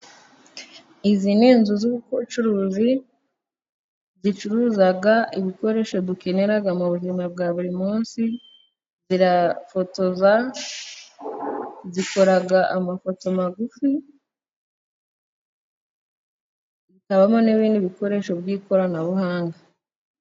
Izi ni inzu z'ubucuruzi zicuruza ibikoresho dukenera mu buzima bwa buri munsi. Zirafotoza zikora amafoto magufi n'ibindi bikoresho by'ikoranabuhanga.